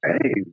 hey